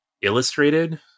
illustrated